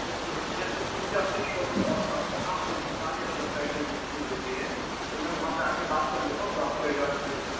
okay okay भैया तो फिर मुझे आपकी शोप का आपका कहाँ मतलब दुकान या शोप का एड्रेस दे दीजिए जो भी है तो मैं वहाँ पर आ कर बात कर लूँगा और आपको एडवांस भी दे देता हूँ